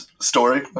Story